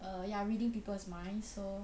err ya reading people's mind so